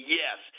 yes